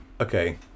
Okay